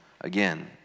again